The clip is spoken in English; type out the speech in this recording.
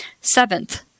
Seventh